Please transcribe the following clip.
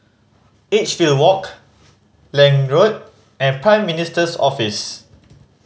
Edgefield Walk Lange Road and Prime Minister's Office